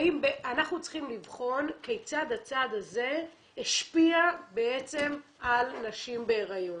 אנחנו צריכים לבחון כיצד הצעד הזה השפיע על נשים בהריון.